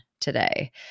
today